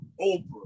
Oprah